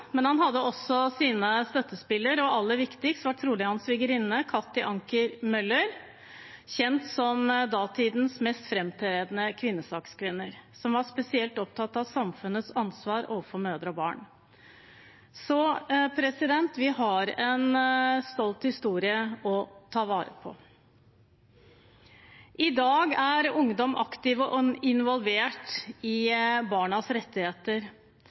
men han hadde også sine støttespillere, og aller viktigst var trolig hans svigerinne, Katti Anker Møller. Hun var kjent som datidens mest framtredende kvinnesakskvinne og var spesielt opptatt av samfunnets ansvar overfor mødre og barn. Så vi har en stolt historie å ta vare på. I dag er ungdom aktive og involvert i barnas rettigheter,